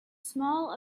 small